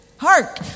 Hark